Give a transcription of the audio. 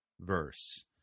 verse